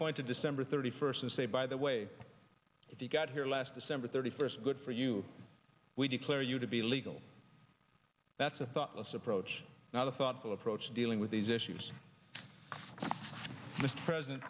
point to december thirty first and say by the way if you got here last december thirty first good for you we declare you to be legal that's a thoughtless approach now the thoughtful approach to dealing with these issues mr president